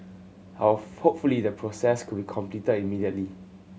hopefully the process could be completed immediately